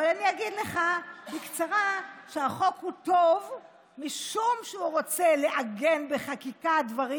אבל אגיד לך בקצרה שהחוק הוא טוב משום שהוא רוצה לעגן בחקיקה דברים